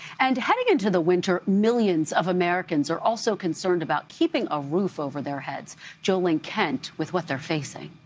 and heading into the winter, millions of americans are also concerned about keeping a roof over their heads jo ling kent with what they're facing